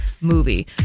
movie